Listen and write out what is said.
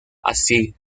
así